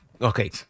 Okay